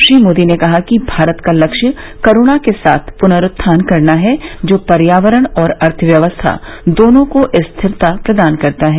श्री मोदी ने कहा कि भारत का लक्ष्य करुणा के साथ पुनरुत्थान करना है जो पर्यावरण और अर्थव्यवस्था दोनों को स्थिरता प्रदान करता है